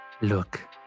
Look